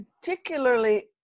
particularly